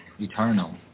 eternal